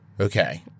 Okay